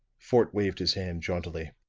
fort waved his hand jauntily.